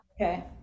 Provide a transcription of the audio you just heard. Okay